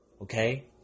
Okay